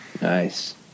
Nice